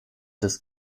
des